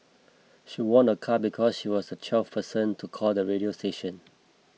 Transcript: she won a car because she was the twelfth person to call the radio station